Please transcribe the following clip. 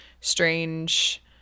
strange